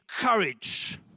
courage